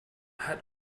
had